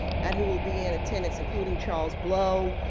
and who will be in attendance, including charles blow,